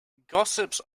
gossips